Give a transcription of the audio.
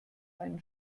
einen